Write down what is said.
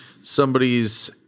somebody's